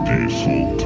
Diesel